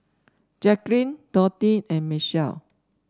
Jacklyn Dorthea and Michel